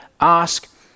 ask